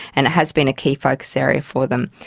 and it has been a key focus area for them.